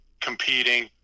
competing